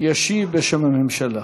ישיב בשם הממשלה.